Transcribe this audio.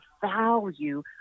value